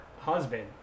husband